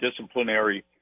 disciplinary